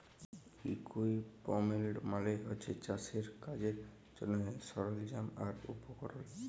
equipment মালে হছে চাষের কাজের জ্যনহে সরল্জাম আর উপকরল